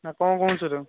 ନା କ'ଣ କହୁଛୁ